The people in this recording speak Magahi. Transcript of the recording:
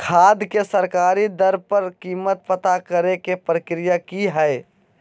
खाद के सरकारी दर पर कीमत पता करे के प्रक्रिया की हय?